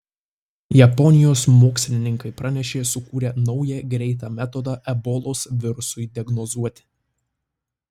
japonijos mokslininkai pranešė sukūrę naują greitą metodą ebolos virusui diagnozuoti